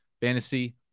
fantasy